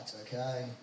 Okay